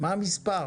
מה המספר?